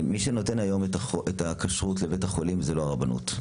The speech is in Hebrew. מי שנותן היום את הכשרות לבית החולים זאת לא הרבנות.